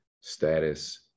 status